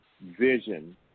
vision